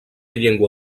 llengua